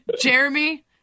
Jeremy